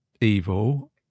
evil